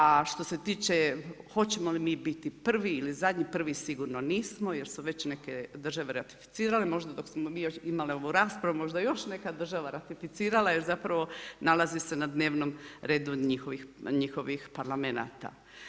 A što se tiče hoćemo li mi biti prvi ili zadnji, prvi sigurno nismo jer su već neke države ratificirale, možda dok smo mi imali ovu raspravu možda je još neka država ratificirala jer zapravo nalazi se na dnevnom redu njihovih parlamenata.